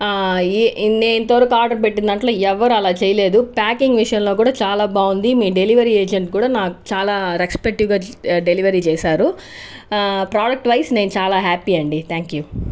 ఈ నేను ఇంతవరకు ఆర్డర్ పెట్టిన దాంట్లో ఎవరు అలా చేయలేదు ప్యాకింగ్ విషయంలో కూడా చాలా బాగుంది మీ డెలివరీ ఏజెంట్ కూడా నాకు చాలా రెస్పెక్టీవ్గా డెలివరీ చేసారు ప్రోడక్ట్వైస్ నేను చాలా హ్యాపీ అండి థ్యాంక్ యూ